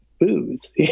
booze